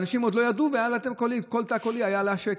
אנשים עוד לא ידעו שכל תא קולי עלה שקל.